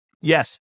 Yes